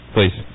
Please